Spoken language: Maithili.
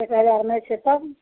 एक हजार नहि छै तब